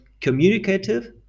communicative